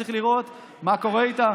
וצריך לראות מה קורה איתה,